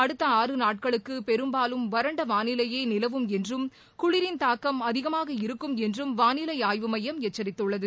அடுத்த ஆறு நாட்களுக்கு பெரும்பாலும் வறண்டவானிலையே நிலவும் என்றும் குளிரின் தாக்கம் அதிகமாக இருக்கும் என்றும் வானிலை ஆய்வு மையம் எச்சரித்துள்ளது